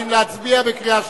האם להצביע בקריאה שלישית?